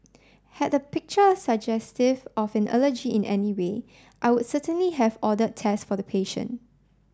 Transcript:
had the picture suggestive of an allergy in any way I would certainly have order test for the patient